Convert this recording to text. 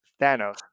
Thanos